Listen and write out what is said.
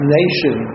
nation